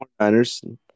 49ers